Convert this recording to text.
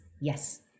yes